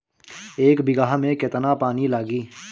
एक बिगहा में केतना पानी लागी?